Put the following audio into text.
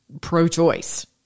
pro-choice